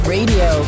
Radio